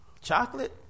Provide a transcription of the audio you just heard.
chocolate